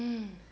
hmm